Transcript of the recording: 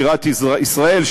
בירת ישראל,